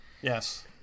yes